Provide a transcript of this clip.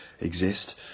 exist